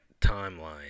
timeline